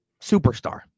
superstar